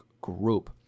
group